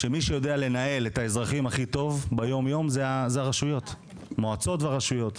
שמי שיודע לנהל את האזרחים הכי טוב ביום יום זה המועצות והרשויות.